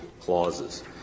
clauses